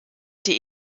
die